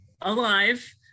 alive